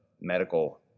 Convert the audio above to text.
medical